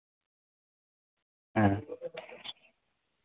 ᱦᱮᱸ